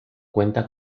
cuenta